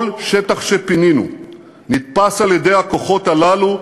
כל שטח שפינינו נתפס על-ידי הכוחות הללו,